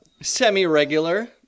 semi-regular